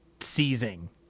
seizing